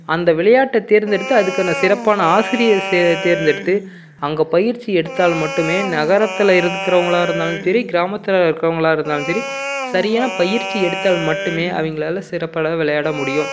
அந்த விளையாட்டை தேர்ந்தெடுத்து அதுக்கான சிறப்பான ஆசிரியர்ஸை தேர்ந்தெடுத்து அங்கே பயிற்சி எடுத்தால் மட்டுமே நகரத்தில் இருக்கிறவங்களா இருந்தாலும் சரி கிராமத்தில் இருக்கிறவங்களா இருந்தாலும் சரி சரியான பயிற்சி எடுத்தால் மட்டுமே அவங்களால சிறப்பாக விளையாட முடியும்